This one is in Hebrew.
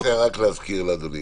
אני רוצה להזכיר לאדוני